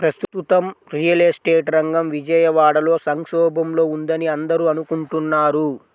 ప్రస్తుతం real estate రంగం విజయవాడలో సంక్షోభంలో ఉందని అందరూ అనుకుంటున్నారు